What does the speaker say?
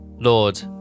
Lord